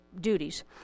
duties